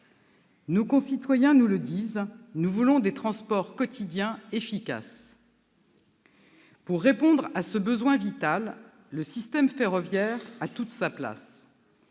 Nos concitoyens nous le disent :« Nous voulons des transports quotidiens efficaces. » Pour répondre à ce besoin vital, le système ferroviaire a toute sa place.